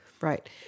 Right